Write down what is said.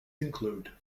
include